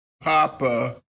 Papa